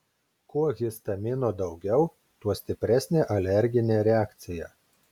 kuo histamino daugiau tuo stipresnė alerginė reakcija